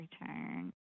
return